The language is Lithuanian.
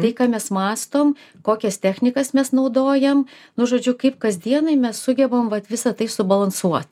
tai ką mes mąstom kokias technikas mes naudojam nu žodžiu kaip kasdienai mes sugebam vat visa tai subalansuot